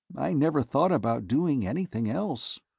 i never thought about doing anything else,